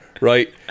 right